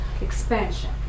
expansion